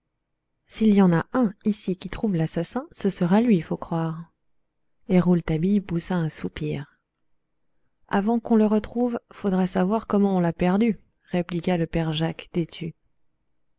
s'il y en a un ici qui trouve l'assassin ce sera lui faut croire et rouletabille poussa un soupir avant qu'on le retrouve faudrait savoir comment on l'a perdu répliqua le père jacques